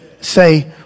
say